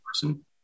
person